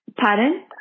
Pardon